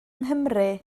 nghymru